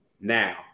Now